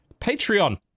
Patreon